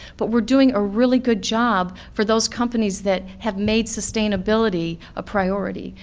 but we're doing a really good job for those companies that have made sustainability a priority.